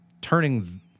turning